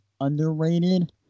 underrated